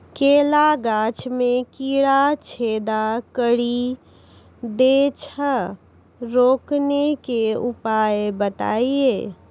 केला गाछ मे कीड़ा छेदा कड़ी दे छ रोकने के उपाय बताइए?